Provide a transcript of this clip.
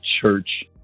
church